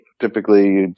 typically